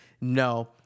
No